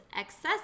excessive